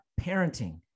parenting